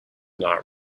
not